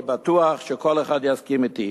לדעתי, ואני בטוח שכל אחד יסכים אתי,